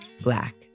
black